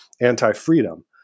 anti-freedom